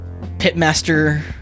pitmaster